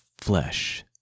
flesh